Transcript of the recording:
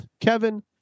Kevin